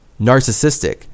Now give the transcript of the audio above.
narcissistic